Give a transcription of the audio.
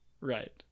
right